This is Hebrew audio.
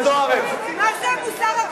מה זה המוסר הכפול, מה זו הצביעות הזאת?